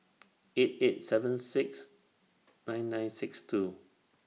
eight eight seven six nine nine six two